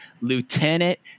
Lieutenant